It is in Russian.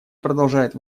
продолжает